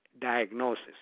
diagnosis